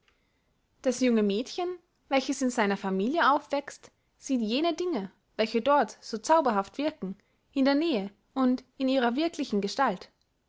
das junge mädchen welches in seiner familie aufwächst sieht jene dinge welche dort so zauberhaft wirken in der nähe und in ihrer wirklichen gestalt